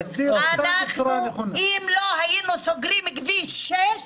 אנחנו אם לא היינו סוגרים את כביש 6,